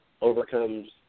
overcomes